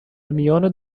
میان